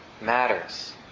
matters